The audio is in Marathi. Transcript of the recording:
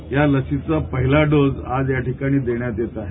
या लसीचा पहिलं डोज आज या ठिकाणी देण्यात येत आहे